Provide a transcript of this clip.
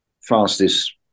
fastest